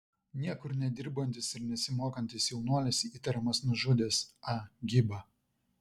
niekur nedirbantis ir nesimokantis jaunuolis įtariamas nužudęs a gibą